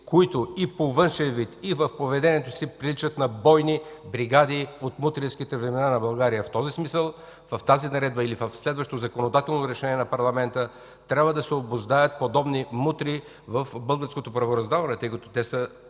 които и по външен вид, и в поведението си приличат на бойни бригади от мутренските времена на България? В този смисъл в тази наредба или в следващо законодателно решение на парламента трябва да се обуздаят подобни мутри в българското правораздаване, тъй като Вие сте